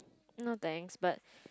no thanks but